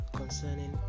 concerning